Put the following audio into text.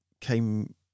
came